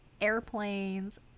airplanes